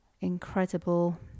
incredible